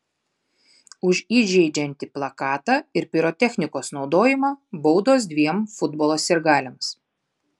už įžeidžiantį plakatą ir pirotechnikos naudojimą baudos dviem futbolo sirgaliams